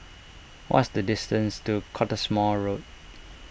what's the distance to Cottesmore Road